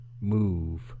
move